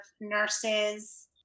nurses